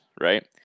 right